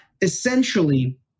essentially